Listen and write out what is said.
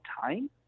time